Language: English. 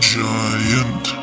giant